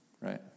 Right